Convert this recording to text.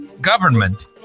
government